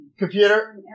Computer